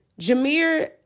Jameer